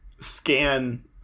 Scan